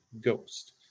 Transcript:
Ghost